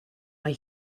mae